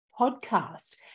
podcast